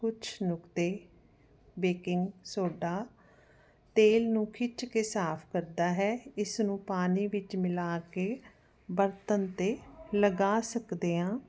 ਕੁਛ ਨੁਕਤੇ baking soda ਤੇਲ ਨੂੰ ਖਿੱਚ ਕੇ ਸਾਫ ਕਰਦਾ ਹੈ ਇਸ ਨੂੰ ਪਾਣੀ ਵਿੱਚ ਮਿਲਾ ਕੇ ਬਰਤਨ ਤੇ ਲਗਾ ਸਕਦੇ ਹਾਂ